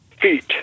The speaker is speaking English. feet